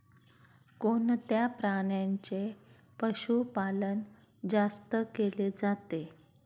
कोणत्या प्राण्याचे पशुपालन जास्त केले जाते?